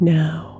now